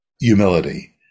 humility